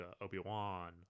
Obi-Wan